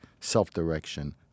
self-direction